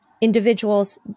Individuals